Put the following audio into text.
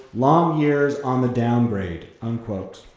long years on the downgrade unquote.